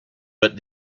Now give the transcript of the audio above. but